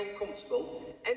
uncomfortable